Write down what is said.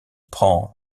prend